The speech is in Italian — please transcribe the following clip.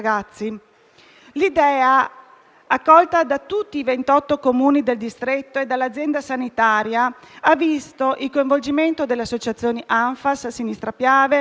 L'idea accolta da tutti i 28 Comuni del distretto e dall'azienda sanitaria ha visto il coinvolgimento dalle Associazioni ANFFAS Sinistra Piave,